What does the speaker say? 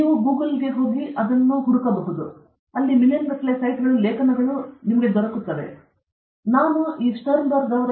ನೀವು ಸೃಜನಶೀಲತೆಯನ್ನು ಹಾಕಿದರೆ ನೀವು Google ಗೆ ಹೋಗುತ್ತೀರಿ ಅದು ನೀಡುತ್ತದೆ ಅದು ಮಿಲಿಯನ್ಗಟ್ಟಲೆ ಸೈಟ್ಗಳು ಲೇಖನಗಳು ಮತ್ತು ಎಲ್ಲವನ್ನು ಹಿಂತಿರುಗಿಸುತ್ತದೆ